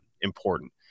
important